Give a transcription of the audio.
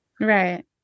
right